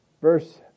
Verse